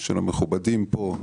של המכובדים פה,